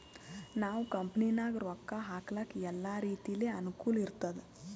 ನಾವ್ ಕಂಪನಿನಾಗ್ ರೊಕ್ಕಾ ಹಾಕ್ಲಕ್ ಎಲ್ಲಾ ರೀತಿಲೆ ಅನುಕೂಲ್ ಇರ್ತುದ್